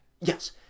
Yes